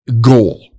goal